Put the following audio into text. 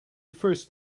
first